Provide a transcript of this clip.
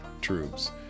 troops